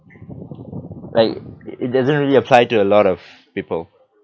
like it doesn't really apply to a lot of people